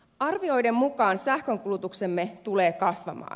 arvioiden mukaan sähkönkulutuksemme tulee kasvamaan